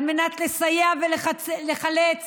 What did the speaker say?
על מנת לסייע ולחלץ